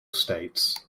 states